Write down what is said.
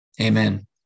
Amen